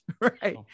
right